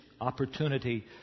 opportunity